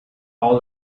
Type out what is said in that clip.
all